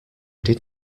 did